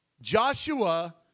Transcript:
Joshua